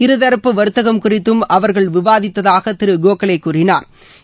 இருதரப்பு வர்த்தகம் குறித்தும் அவர்கள் விவாதித்ததாக திரு கோகலே கூறினா்